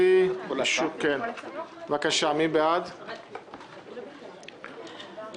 מי בעד הצעת